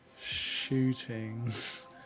shootings